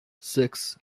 six